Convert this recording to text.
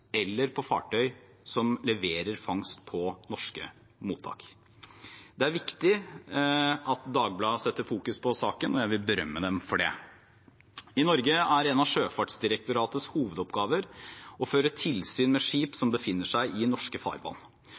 eller på fartøy som leverer fangst på norske mottak. Det er viktig at Dagbladet setter fokus på saken, og jeg vil berømme dem for det. I Norge er en av Sjøfartsdirektoratets hovedoppgaver å føre tilsyn med skip som befinner seg i norske farvann.